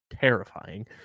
terrifying